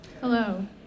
Hello